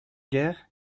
guerre